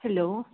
hello